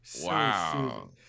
wow